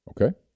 Okay